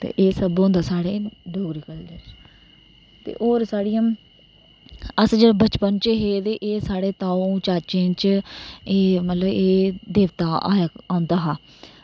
ते एह् सब होंदा साढ़ै डोगरी कल्चर च ते होर साढ़ियां अस जेल्लै बचपन च हे ते एह् साढ़े ताऊ चाचें च ए मतलव एह् देवता औंदा हा